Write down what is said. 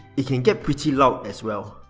it can get pretty loud as well.